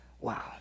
Wow